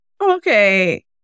okay